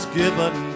given